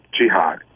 jihad